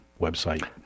website